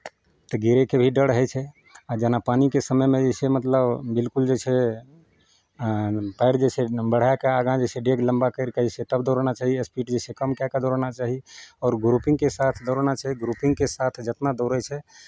तऽ गिरयके भी डर होइ छै आ जेना पानिके समयमे जे छै मतलब बिलकुल जे छै पएर जे छै बढ़ाए कऽ आगाँ जे छै डेग लम्बा करि कऽ जे छै तब दौड़ना चाही स्पीड जे छै कम कए कऽ दौड़ना चाही आओर ग्रुपिंगके साथ दौड़ना चाही ग्रुपिंगके साथ जितना दौड़ै छै